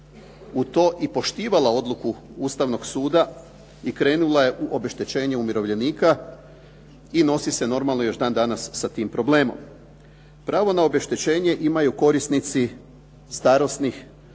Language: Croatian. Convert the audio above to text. u to i poštivala odluku Ustavnog suda i krenula je u obeštećenje umirovljenika i nosi se normalno još danas sa tim problemom. Pravo na obeštećenje imaju korisnici starosnih,